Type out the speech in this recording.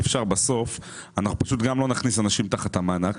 בסוף אנחנו גם לא נכניס אנשים תחת המענק,